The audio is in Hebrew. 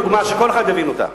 בדוגמה שכל אחד יבין אותה,